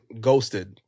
ghosted